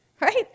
right